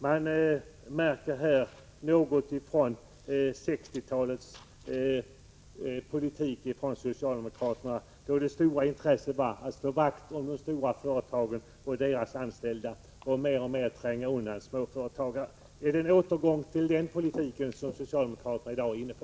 Man märker i detta sammanhang något av 1960-talets politik från socialdemokraterna, då det stora intresset var att slå vakt om de stora företagen och deras anställda och att mer och mer tränga undan småföretagen. Är det en återgång till den politiken som socialdemokraterna i dag är inne på?